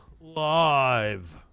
Live